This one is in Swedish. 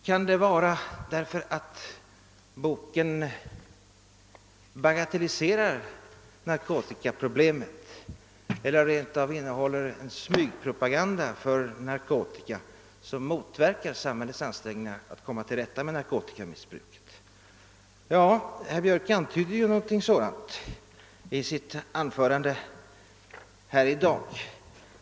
Kan det vara därför att boken bagatelliserar narkotikaproblemet eller rent av innehåller en smygpropaganda för narkotika, som motverkar samhällets ansträngningar att komma till rätta med narkotikamissbruket? Ja, herr Björck antydde ju någonting sådant i sitt anförande här i dag.